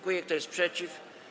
Kto jest przeciw?